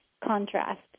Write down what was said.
contrast